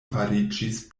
fariĝis